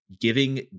giving